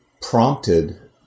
prompted